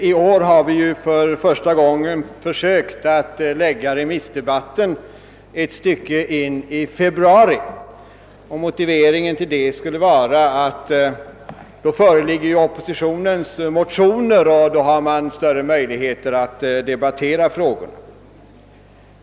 Herr talman! I år har vi för första gången remissdebatten ett stycke in i februari, och motiveringen härför har varit att då föreligger oppositionens motioner och att man därför har större möjligheter att debattera frågorna.